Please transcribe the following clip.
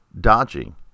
dodging